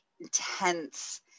intense